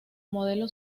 modelo